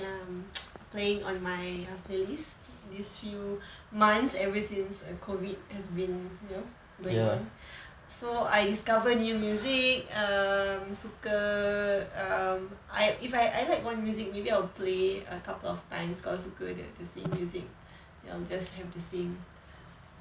um playing on my err playlist these few months ever since err COVID has been you know going on so I discover new music um suka um I if I I like one music maybe I'll play a couple of times kalau suka the same music then I'll just have the same